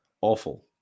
awful